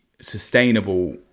sustainable